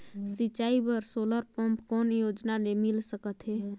सिंचाई बर solar pump कौन योजना ले मिल सकथे?